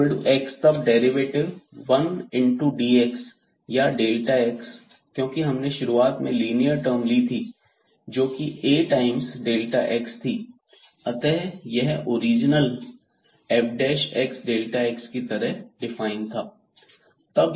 y x तब derivative 1 into dx या x क्योंकि हमने शुरुआत में लिनियर टर्म ली थी जोकि A टाइम्स x थी अतः ओरिजिनल यह f x की तरह डिफाइन था